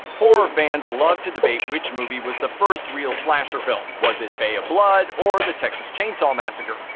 horror fans love to debate which movie was the first real slasher film. was it bay of blood or the texas chainsaw massacre?